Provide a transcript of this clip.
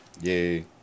Yay